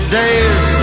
days